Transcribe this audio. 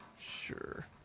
Sure